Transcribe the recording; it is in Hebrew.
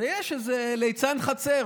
ויש איזה ליצן חצר